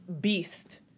beast